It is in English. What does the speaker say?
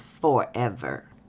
forever